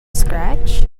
scratch